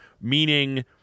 Meaning